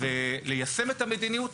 וליישם את המדיניות,